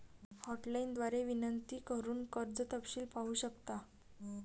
hotline द्वारे विनंती करून कर्ज तपशील पाहू शकता